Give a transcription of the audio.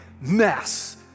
mess